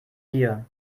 dir